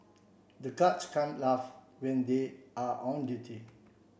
the guards can't laugh when they are on duty